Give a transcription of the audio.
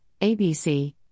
ABC